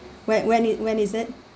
when when it when is it